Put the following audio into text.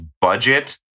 budget